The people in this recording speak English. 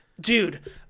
Dude